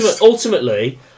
ultimately